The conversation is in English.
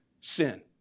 sin